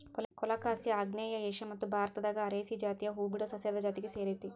colocasia ಆಗ್ನೇಯ Asia ಮತ್ತು ಭಾರತದಾಗ ಅರೇಸಿ ಜಾತಿಯ ಹೂಬಿಡೊ ಸಸ್ಯದ ಜಾತಿಗೆ ಸೇರೇತಿ